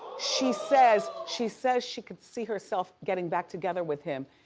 she says she says she could see herself getting back together with him,